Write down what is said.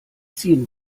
ziehen